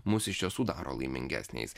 mus iš tiesų daro laimingesniais